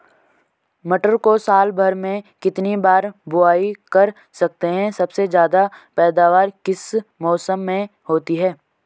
मटर को साल भर में कितनी बार बुआई कर सकते हैं सबसे ज़्यादा पैदावार किस मौसम में होती है?